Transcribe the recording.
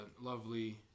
lovely